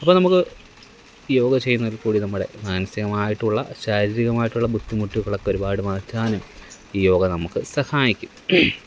അപ്പം നമുക്ക് ഈ യോഗ ചെയ്യുന്നതില് കൂടി നമ്മുടെ മാനസികമായിട്ടുള്ള ശാരീരികമായിട്ടുള്ള ബുദ്ധിമുട്ടുകളൊക്കെ ഒരുപാട് മാറ്റാനും ഈ യോഗ നമുക്ക് സഹായിക്കും